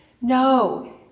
No